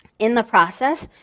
in the process,